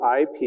IP